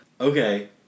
Okay